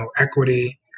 equity